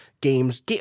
games –